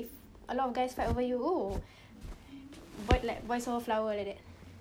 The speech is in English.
if a lot of guys fight over you oh wh~ why like so flower like that